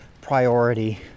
priority